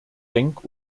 denk